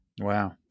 wow